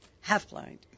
half-blind